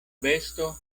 besto